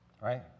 right